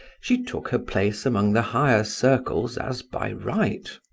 she took her place among the higher circles as by right.